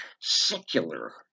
secular